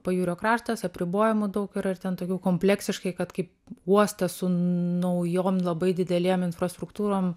pajūrio kraštas apribojimų daug yra ir ten tokių kompleksiškai kad kaip uostas su naujom labai didelėm infrastruktūrom